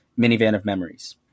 minivanofmemories